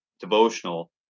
devotional